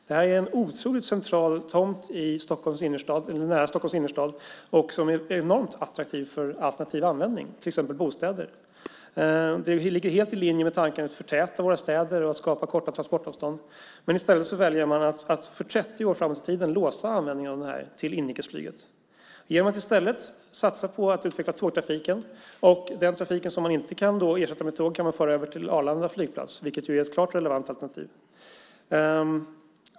Det här är en otroligt central tomt nära Stockholms innerstad som är enormt attraktiv för alternativ användning, till exempel bostäder. Det ligger helt i linje med tanken att förtäta våra städer och skapa korta transportavstånd. I stället väljer man att för 30 år framåt i tiden låsa användningen av den här tomten för inrikesflyget. Man borde i stället satsa på att utveckla tågtrafiken, och den trafik som man inte kan ersätta med tåg kan man föra över till Arlanda flygplats, vilket är ett klart relevant alternativ.